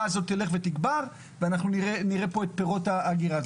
הזאת תלך ותגבר ואנחנו נראה פה את פירות ההגירה.